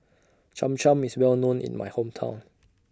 Cham Cham IS Well known in My Hometown